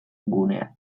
guneak